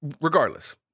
regardless